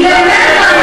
באמת,